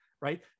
right